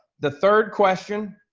the third question,